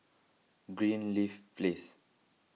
Greenleaf Place